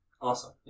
Awesome